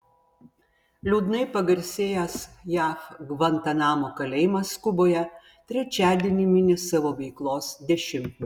liūdnai pagarsėjęs jav gvantanamo kalėjimas kuboje trečiadienį mini savo veiklos dešimtmetį